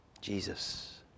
Jesus